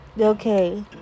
Okay